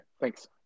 thanks